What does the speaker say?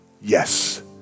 yes